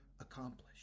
accomplish